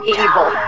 evil